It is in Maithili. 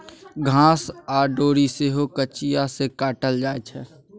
घास आ डोरी सेहो कचिया सँ काटल जाइ छै